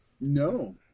No